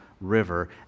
River